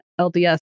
LDS